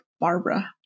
Barbara